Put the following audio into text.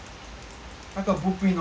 那个 blueprint orh 是